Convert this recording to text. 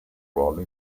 ruolo